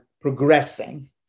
progressing